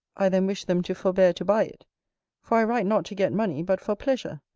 i then wish them to forbear to buy it for i write not to get money, but for pleasure,